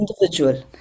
individual